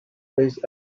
based